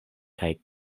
kaj